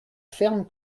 ferme